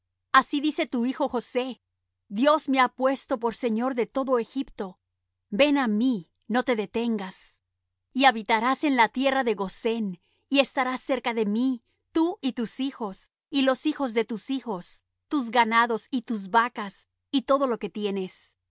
así dice tu hijo josé dios me ha puesto por señor de todo egipto ven á mí no te detengas y habitarás en la tierra de gosén y estarás cerca de mí tú y tus hijos y los hijos de tus hijos tus ganados y tus vacas y todo lo que tienes